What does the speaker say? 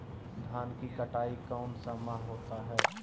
धान की कटाई कौन सा माह होता है?